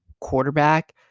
quarterback